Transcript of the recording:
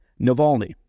Navalny